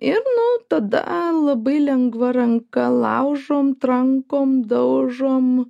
ir nu tada labai lengva ranka laužom trankom daužom